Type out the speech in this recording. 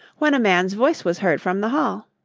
when a man's voice was heard from the hall.